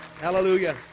Hallelujah